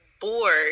bored